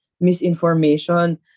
misinformation